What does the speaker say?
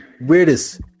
weirdest